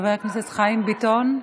חבר הכנסת חיים ביטון,